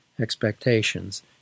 expectations